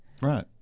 right